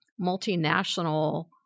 multinational